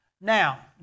Now